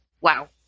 Wow